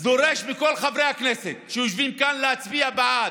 אני דורש מכל חברי הכנסת שיושבים כאן להצביע בעד.